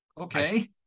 Okay